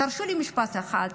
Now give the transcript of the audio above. תרשו לי משפט אחד.